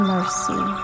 Mercy